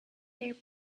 their